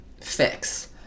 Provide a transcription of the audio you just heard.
fix